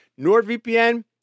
NordVPN